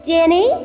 Jenny